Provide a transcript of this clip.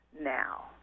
now